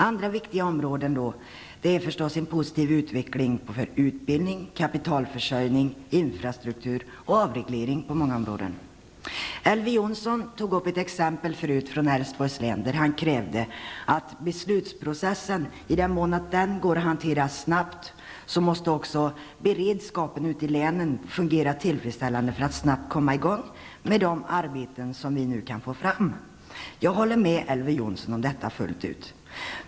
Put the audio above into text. Till det som är viktigt hör också en positiv utveckling för utbildning, kapitalförsörjning, infrastruktur och avreglering på många områden. > bElver Jonsson tog upp ett exempel från Älvsborgs län där han krävde att i den mån det går att hantera beslutsprocessen snabbt, måste också beredskapen ute i länen fungera tillfredsställande så att man snabbt kan komma i gång med de arbeten som vi kan få fram. Jag håller med Elver Jonsson om detta fullt ut.